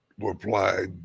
replied